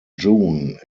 june